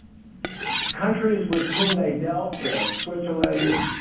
countries with whom they dealt with, switzerland,